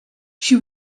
she